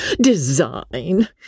Design